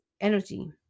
energy